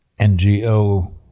NGO